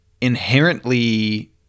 inherently